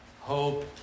hope